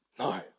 No